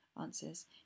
answers